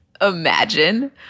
Imagine